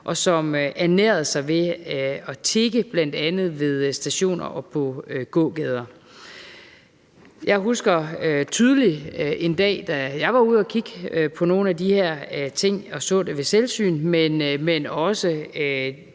og som ernærede sig ved at tigge ved bl.a. stationer og på gågader. Jeg husker tydeligt en dag, da jeg var ude at kigge på nogle af de her ting og så det ved selvsyn, men jeg